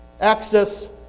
access